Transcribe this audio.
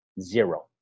zero